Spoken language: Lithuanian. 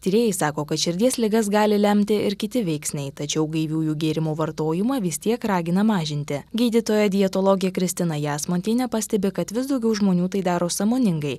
tyrėjai sako kad širdies ligas gali lemti ir kiti veiksniai tačiau gaiviųjų gėrimų vartojimą vis tiek ragina mažinti gydytoja dietologė kristina jasmontienė pastebi kad vis daugiau žmonių tai daro sąmoningai